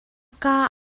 kaa